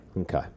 Okay